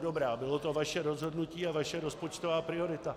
Dobrá, bylo to vaše rozhodnutí a vaše rozpočtová priorita.